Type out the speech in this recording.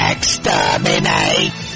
Exterminate